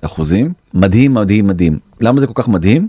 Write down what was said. אחוזים. מדהים מדהים מדהים. למה זה כל כך מדהים?